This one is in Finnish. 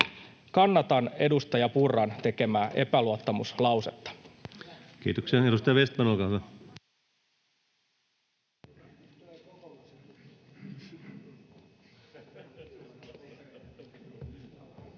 Kannatan edustaja Purran tekemää epäluottamuslausetta. Kiitoksia. — Edustaja Vestman, olkaa hyvä.